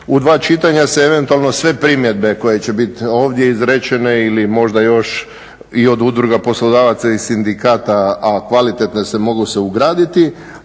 u dva čitanja se eventualno sve primjedbe koje će biti ovdje izrečene ili možda još i od udruga poslodavaca i sindikata, a kvalitetne su, mogu se ugraditi.